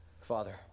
Father